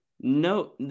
No